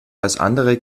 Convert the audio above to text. andere